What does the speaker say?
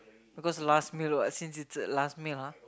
because the last meal what since it's a last meal ah